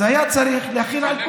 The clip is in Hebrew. אז היה צריך להחיל על כולם.